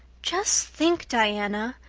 just think, diana,